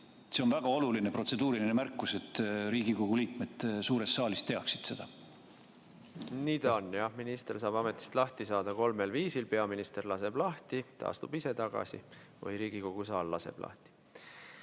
See on väga oluline protseduuriline märkus, et Riigikogu liikmed suures saalis teaksid seda. Nii ta on, jah. Minister saab ametist lahti saada kolmel viisil: peaminister laseb lahti, ta astub ise tagasi või Riigikogu saal laseb lahti.